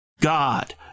god